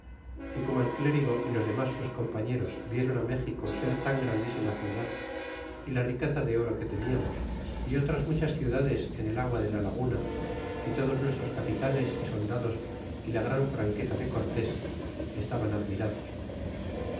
y como el clérigo y los demas sus compañeros vieron méxico ser tan grandísima ciudad y la riqueza de oro que teniamos é otras muchas ciudades en ei agua de la laguna é todos nuestros capitanes é soldados y la gran franqueza de cortés estaban admirados